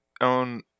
own